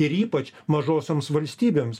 ir ypač mažosioms valstybėms